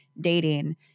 dating